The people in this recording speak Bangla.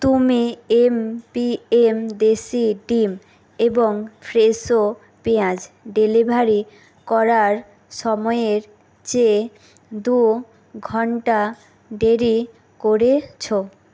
তুমি এমপিএম দেশি ডিম এবং ফ্রেশো পেঁয়াজ ডেলিভারি করার সময়ের চেয়ে দু ঘন্টা দেরি করেছ